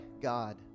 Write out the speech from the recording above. God